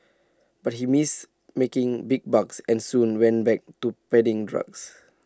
but he missed making big bucks and soon went back to peddling drugs